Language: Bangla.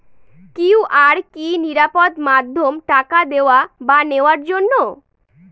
কিউ.আর কি নিরাপদ মাধ্যম টাকা দেওয়া বা নেওয়ার জন্য?